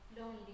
lonely